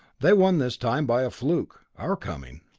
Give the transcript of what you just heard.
they won this time by a fluke our coming.